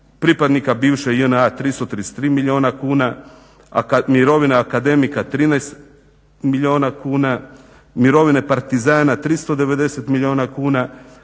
pripadnika bivše JNA 333 milijuna kuna, mirovina akademika 13 milijuna kuna, mirovine partizana 390 milijuna kuna,